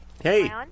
Hey